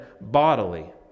bodily